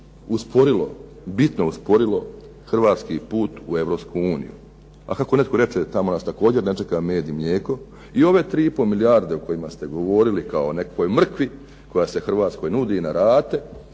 bitno usporilo hrvatski put u Europsku uniju. A kako netko reče tamo nas također ne čeka med i mlijeko. I ove 3,5 milijarde o kojima ste govorili kao nekakvoj mrkvi koja se Hrvatskoj nudi na rate